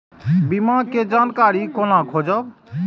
बीमा के जानकारी कोना खोजब?